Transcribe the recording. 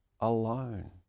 alone